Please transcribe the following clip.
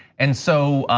and so,